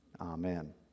Amen